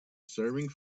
serving